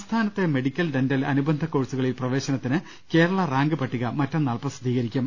സംസ്ഥാനത്തെ medical dental അനുബന്ധ കോഴ്സുകളിൽ പ്രവേശനത്തിന് കേരള റാങ്ക് പട്ടിക മറ്റന്നാൾ പ്രസിദ്ധീകരിക്കും